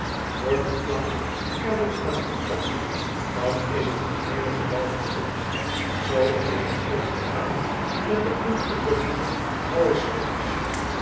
wordt een plank er door aangetast dan is tgeheele gebouw vervloekt zoo is t ook gegaan met den ongelukkigen